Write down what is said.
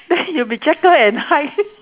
then you'll be jekyll and hyde